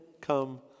come